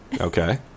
Okay